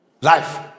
Life